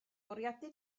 bwriadu